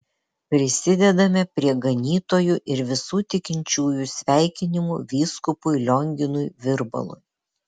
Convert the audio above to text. prisidedame prie ganytojų ir visų tikinčiųjų sveikinimų vyskupui lionginui virbalui